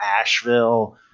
Asheville